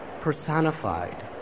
personified